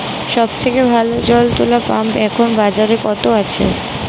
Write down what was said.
সব থেকে ভালো জল তোলা পাম্প এখন বাজারে কত আছে?